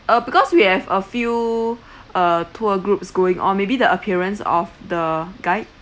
uh because we have a few uh tour groups going on maybe the appearance of the guide